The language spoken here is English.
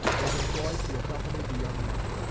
was employed to accompany the young man.